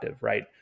right